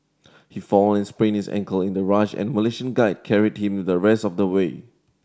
he fall and sprained his ankle in the rush and a Malaysian guide carried him the rest of the way